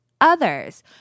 others